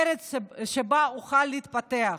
ארץ שבה אוכל להתפתח,